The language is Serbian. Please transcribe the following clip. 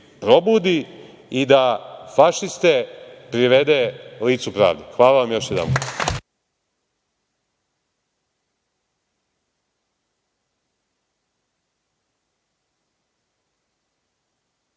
probudi i da fašiste privede licu pravde. Hvala vam još jedanput.